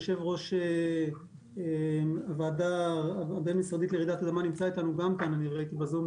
יושב-ראש הוועדה הבין-משרדית לרעידת אדמה נמצא איתנו כאן בזום,